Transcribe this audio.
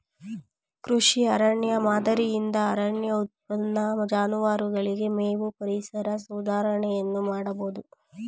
ಕೃಷಿ ಅರಣ್ಯ ಮಾದರಿಯಿಂದ ಅರಣ್ಯ ಉತ್ಪನ್ನ, ಜಾನುವಾರುಗಳಿಗೆ ಮೇವು, ಪರಿಸರ ಸುಧಾರಣೆಯನ್ನು ಮಾಡಬೋದು